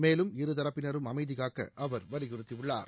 மேலும் இருத்தரப்பினரும் அமைதிகாக்க அவர் வலியுறுத்தியுள்ளார்